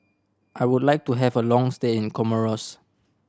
I would like to have a long stay in Comoros